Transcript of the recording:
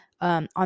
on